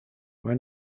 why